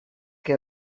que